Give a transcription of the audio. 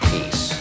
Peace